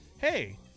hey